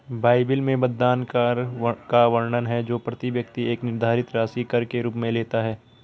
Bible में मतदान कर का वर्णन है जो प्रति व्यक्ति एक निर्धारित राशि कर के रूप में लेता है